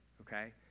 okay